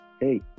hey